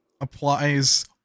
applies